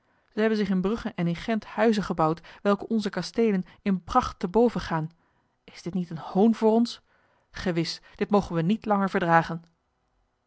zij hebben zich in brugge en in gent huizen gebouwd welke onze kastelen in pracht te boven gaan is dit niet een hoon voor ons gewis dit mogen wij niet langer verdragen